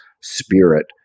spirit